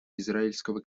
израильского